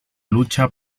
lucha